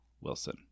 Wilson